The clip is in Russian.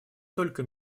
только